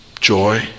joy